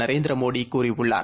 நரேந்திரமோடிகூறியுள்ளார்